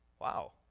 Wow